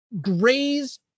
graze